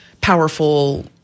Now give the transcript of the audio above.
powerful